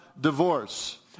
divorce